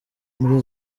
muri